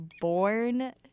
born